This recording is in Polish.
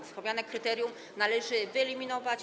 Wspomniane kryterium należy wyeliminować.